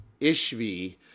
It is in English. Ishvi